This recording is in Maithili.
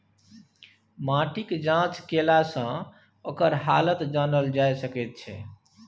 माटिक जाँच केलासँ ओकर हालत जानल जा सकैत छै